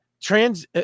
Trans